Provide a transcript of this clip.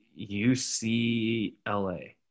UCLA